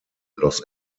los